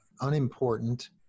unimportant